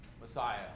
Messiah